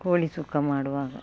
ಕೋಳಿ ಸುಕ್ಕ ಮಾಡುವಾಗ